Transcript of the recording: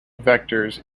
vectors